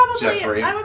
Jeffrey